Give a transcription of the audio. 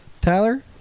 Tyler